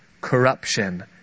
corruption